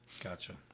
Gotcha